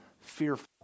fearful